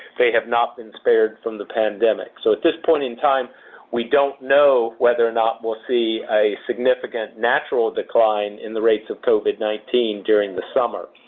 they have not been spared from the pandemic. so, at this point in time we don't know whether or not we'll see a significant natural decline in the rates of covid nineteen during the summer.